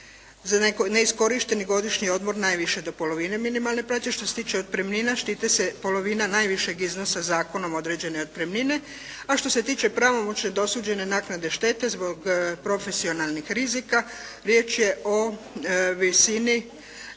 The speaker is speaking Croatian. za neiskorišteni godišnji odmor najviše do polovine minimalne plaće. Što se tiče otpremnina štiti se polovina najvišeg iznosa zakonom određene otpremnine, a što se tiče pravomoćne dosuđene naknade štete zbog profesionalnih rizika riječ je o visini